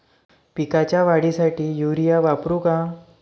पिकाच्या वाढीसाठी युरिया वापरू का?